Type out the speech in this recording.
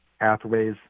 pathways